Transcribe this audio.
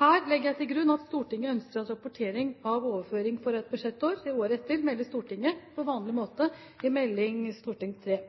Her legger jeg til grunn at Stortinget ønsker at rapportering av overføringer fra ett budsjettår til året etter meddeles Stortinget på vanlig måte i